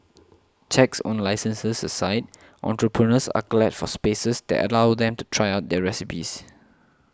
checks on licences aside entrepreneurs are glad for spaces that allow them to try out their recipes